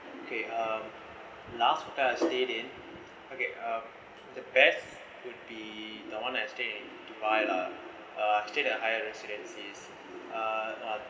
okay uh last uh stayed in okay uh the best would be the one I stayed in dubai lah stayed at the higher residences